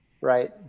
Right